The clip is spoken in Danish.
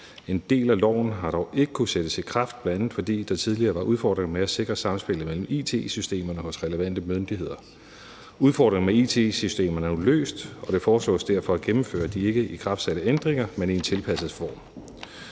En del af loven har dog ikke kunnet sættes i kraft, bl.a. fordi der tidligere var udfordringer med at sikre samspillet mellem it-systemerne hos relevante myndigheder. Udfordringerne med it-systemerne er løst, og det foreslås derfor at gennemføre de ikkeikraftsatte ændringer, men i en tilpasset form.